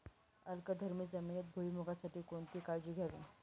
अल्कधर्मी जमिनीत भुईमूगासाठी कोणती काळजी घ्यावी?